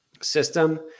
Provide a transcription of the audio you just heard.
system